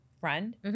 friend